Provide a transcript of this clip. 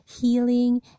healing